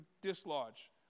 dislodge